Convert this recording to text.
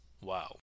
Wow